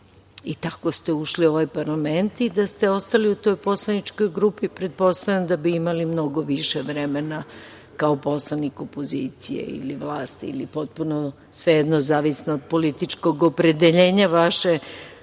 i tako ste ušli u ovaj parlament. Da ste ostali u toj poslaničkoj grupi pretpostavljam da bi imali mnogo više vremena kao poslanik opozicije ili vlasti ili svejedno, zavisno od političkog opredeljenja vaše